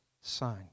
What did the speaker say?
sign